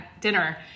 dinner